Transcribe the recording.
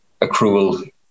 accrual